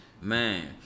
Man